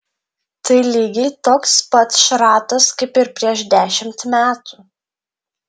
tai lygiai toks pat šratas kaip ir prieš dešimt metų